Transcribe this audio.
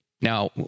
Now